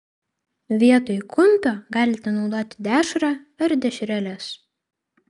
vietoj kumpio galite naudoti dešrą ar dešreles